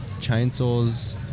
chainsaws